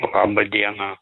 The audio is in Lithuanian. labą dieną